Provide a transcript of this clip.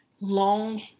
long